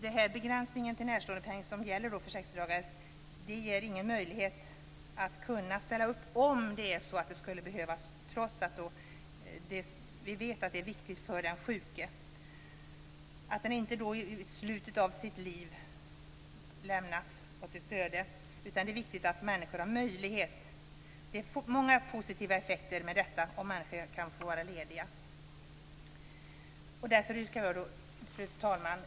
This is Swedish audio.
Den begränsning till 60 dagar som gäller för närståendepenningen ger ingen möjlighet att ställa upp om det skulle behövas, trots att vi vet att det är viktigt för den sjuke att inte lämnas åt sitt öde vid slutet av livet. Det är viktigt att anhöriga har denna möjlighet. Det finns många positiva effekter om människor kan få vara lediga för att vårda anhöriga. Fru talman!